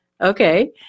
Okay